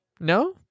No